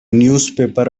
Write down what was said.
newspaper